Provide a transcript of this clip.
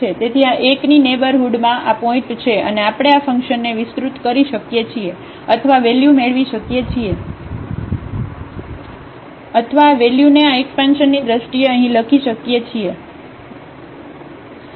તેથી આ 1 ની નેઇબરહુડમાં આ પોઇન્ટ છે અને આપણે આ ફંકશનને વિસ્તૃત કરી શકીએ છીએ અથવા આ વેલ્યુ મેળવી શકીએ છીએ અથવા આ વેલ્યુને આ એકસપાનષનની દ્રષ્ટિએ અહીં લખી શકીએ છીએ